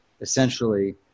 Essentially